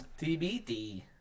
TBD